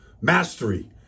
Mastery